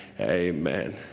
amen